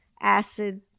Acid